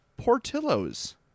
Portillo's